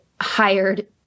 hired